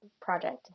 project